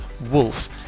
wolf